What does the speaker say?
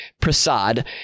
Prasad